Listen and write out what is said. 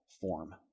form